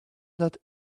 not